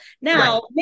Now